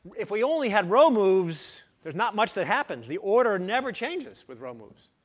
if we only had row moves, there's not much that happens. the order never changes with row moves.